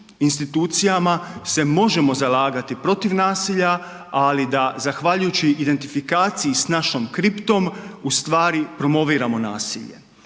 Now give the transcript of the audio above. institucijama se možemo zalagati protiv nasilja, ali da zahvaljujući identifikaciji sa našom kriptom ustvari promoviramo nasilje.